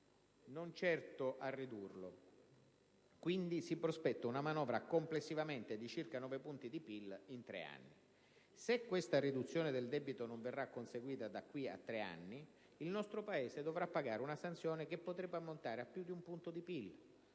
non certo a ridurlo. Quindi, si prospetta una manovra complessivamente di circa 9 punti di PIL in 3 anni. Se questa riduzione del debito non verrà conseguita da qui a tre anni il nostro Paese dovrà pagare una sanzione che potrebbe ammontare a più di un punto di PIL